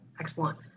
Excellent